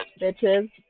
Bitches